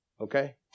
Okay